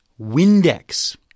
Windex